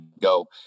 go